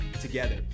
together